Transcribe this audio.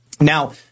Now